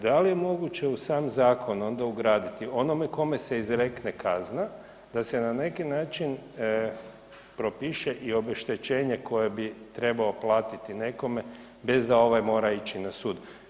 Da li je moguće u sam zakon onda ugraditi onome kome se izrekne kazna da se na neki način propiše i obeštećenje koje bi trebao platiti nekome bez da ovaj mora ići na sud?